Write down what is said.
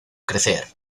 crecer